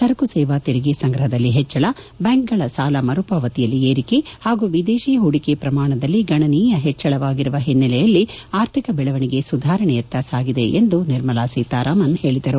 ಸರಕು ಸೇವಾ ತೆರಿಗೆ ಸಂಗ್ರಪದಲ್ಲಿ ಪೆಚ್ಚಳ ಬ್ಯಾಂಕ್ಗಳ ಸಾಲ ಮರು ಪಾವತಿಯಲ್ಲಿ ಏರಿಕೆ ಪಾಗು ವಿದೇಶಿ ಹೂಡಿಕೆ ಪ್ರಮಾಣದಲ್ಲಿ ಗಣನೀಯ ಪೆಚ್ಚಳವಾಗಿರುವ ಹಿನ್ನೆಲೆಯಲ್ಲಿ ಆರ್ಥಿಕ ಬೆಳವಣಿಗೆ ಸುಧಾರಣೆಯತ್ತ ಸಾಗಿದೆ ಎಂದು ಅವರು ಪೇಳದರು